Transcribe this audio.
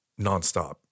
nonstop